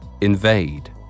Invade